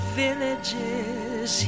villages